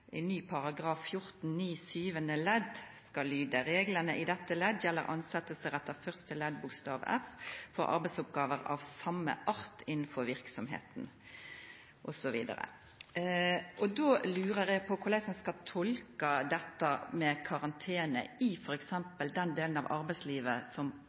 ei ny mellombels tilsetjing. Det står: «§ 14-9 nytt syvende ledd skal lyde: Reglene i dette ledd gjelder ansettelser etter første ledd bokstav f for arbeidsoppgaver av samme art innenfor virksomheten.» osv. Då lurer eg på korleis ein skal tolka dette med karantene i f.eks. den delen av arbeidslivet som